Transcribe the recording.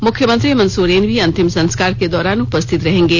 मुख्यमंत्री हेमंत सोरेन भी अंतिम संस्कार के दौरान उपस्थित रहेंगे